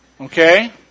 okay